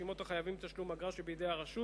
רשימות החייבים בתשלום אגרה שבידי הרשות,